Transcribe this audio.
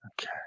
Okay